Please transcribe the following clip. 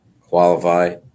qualify